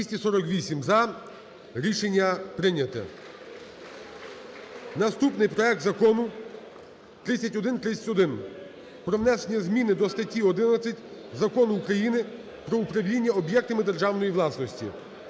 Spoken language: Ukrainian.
За-248 Рішення прийняте. Наступний проект закону 3131 про внесення зміни до статті 11 Закону України "Про управління об'єктами державної власності".